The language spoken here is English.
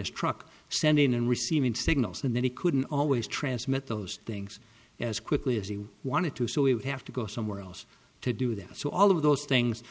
struct sending and receiving signals and then he couldn't always transmit those things as quickly as he wanted to so he would have to go somewhere else to do them so all of those things